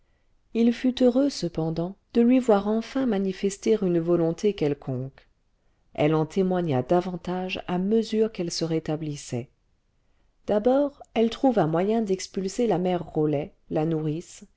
il fut heureux cependant de lui voir enfin manifester une volonté quelconque elle en témoigna davantage à mesure qu'elle se rétablissait d'abord elle trouva moyen d'expulser la mère rolet la nourrice